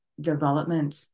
development